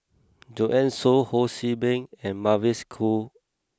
Joanne Soo Ho See Beng and Mavis Khoo